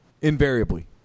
invariably